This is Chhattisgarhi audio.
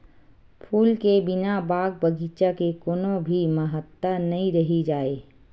फूल के बिना बाग बगीचा के कोनो भी महत्ता नइ रहि जाए